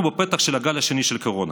אנחנו בפתח של הגל השני של הקורונה,